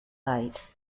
light